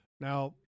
Now